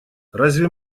разве